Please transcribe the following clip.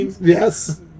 Yes